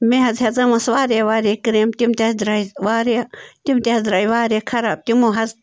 مےٚ حظ ہیژے مس وارِیاہ وارِیاہ کیریمہٕ تِم تہِ حظ دَرایہِ وارِیاہ تِم تہِ حظ دَراے وارِیاہ خَراب تِمو حظ